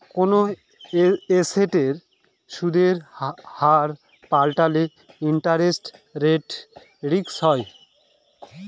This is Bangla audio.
কোনো এসেটের সুদের হার পাল্টালে ইন্টারেস্ট রেট রিস্ক হয়